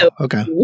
okay